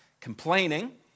complaining